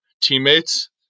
teammates